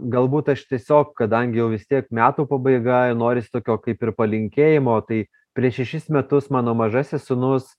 galbūt aš tiesiog kadangi jau vis tiek metų pabaiga noris tokio kaip ir palinkėjimo tai prieš šešis metus mano mažasis sūnus